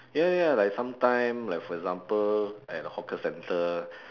ya ya like sometime like for example at the hawker centre